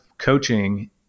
coaching